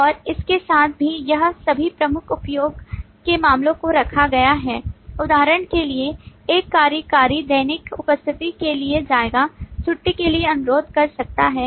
और इसके साथ ही अब सभी प्रमुख उपयोग के मामलों को रखा गया है उदाहरण के लिए एक कार्यकारी दैनिक उपस्थिति के लिए जाएगा छुट्टी के लिए अनुरोध कर सकता है